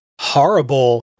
horrible